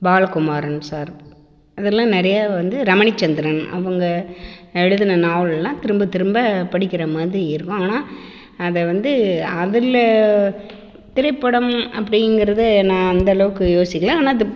Balakumaran sir அதெல்லாம் நிறையா வந்து ரமணிச்சந்திரன் அவங்க எழுதின நாவல்லாம் திரும்ப திரும்ப படிக்கிற மாதிரி இருக்கும் ஆனால் அதை வந்து அதில் திரைப்படம் அப்படிங்கிறது நான் அந்தளவுக்கு யோசிக்கல ஆனால்